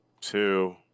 two